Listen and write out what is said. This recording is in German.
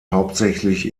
hauptsächlich